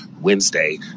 Wednesday